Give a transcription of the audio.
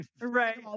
Right